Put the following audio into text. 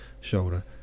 shoulder